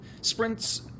Sprints